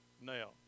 now